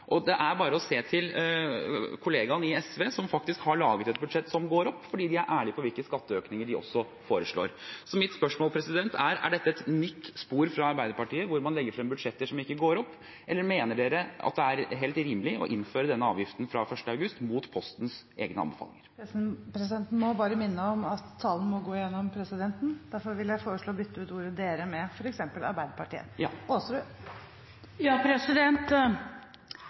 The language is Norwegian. opp. Det er bare å se til kollegaen i SV, som faktisk har laget et budsjett som går opp, fordi de er ærlige på hvilke skatteøkninger de også foreslår. Så mitt spørsmål er: Er dette et nytt spor fra Arbeiderpartiet, hvor man legger frem budsjetter som ikke går opp, eller mener dere det er helt rimelig å innføre denne avgiften fra 1. august, mot Postens egne anbefalinger? Presidenten må bare minne om at talen må gå gjennom presidenten. Derfor vil jeg foreslå å bytte ut ordet «dere» med f.eks. «Arbeiderpartiet». Arbeiderpartiet